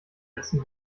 letzten